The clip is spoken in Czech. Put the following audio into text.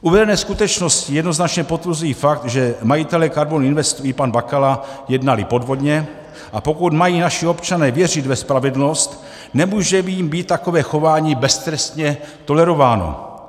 Uvedené skutečnosti jednoznačně potvrzují fakt, že majitelé KARBON INVEST i pan Bakala jednali podvodně, a pokud mají naši občané věřit ve spravedlnost, nemůže jim být takové chování beztrestně tolerováno.